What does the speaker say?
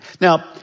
Now